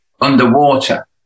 underwater